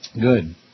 Good